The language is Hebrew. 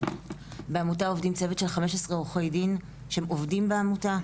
בעמותה עובדים צוות של 15 עורכי דין שהם עובדים בעמותה,